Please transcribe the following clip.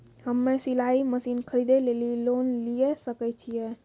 हम्मे सिलाई मसीन खरीदे लेली लोन लिये सकय छियै?